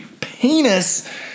penis